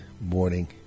morning